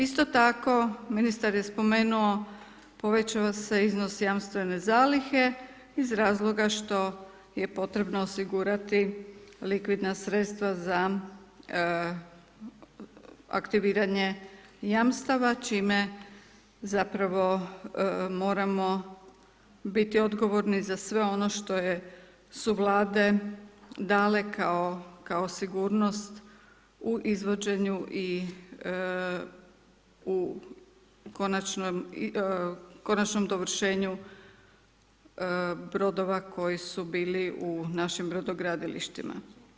Isto tako ministar je spomenuo, povećava se iznos jamstvene zalihe, iz razloga što je potrebno osigurati likvidna sredstva za aktiviranje jamstava, čime zapravo moramo biti odgovorni, za sve ono što su vlade dale kao sigurnost u izvođenju i u konačnom dovršenju bordova koji su bili u našim brodogradilištima.